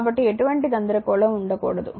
కాబట్టి ఎటువంటి గందరగోళం ఉండకూడదు